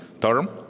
term